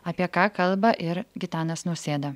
apie ką kalba ir gitanas nausėda